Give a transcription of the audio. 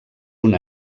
una